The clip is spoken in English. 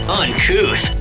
uncouth